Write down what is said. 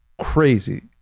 crazy